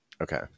Okay